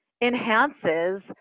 enhances